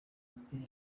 ati